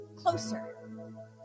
closer